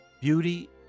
Beauty